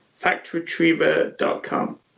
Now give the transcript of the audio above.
factretriever.com